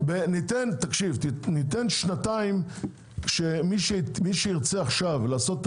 ניתן שנתיים שמי שירצה עכשיו לעשות את